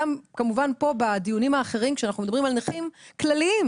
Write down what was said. גם כמובן כאן בדיונים האחרים כשאנחנו מדברים על נכים כלליים.